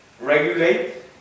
regulate